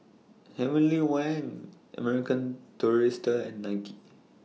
Heavenly Wang American Tourister and ninety